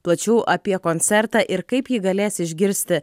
plačiau apie koncertą ir kaip jį galės išgirsti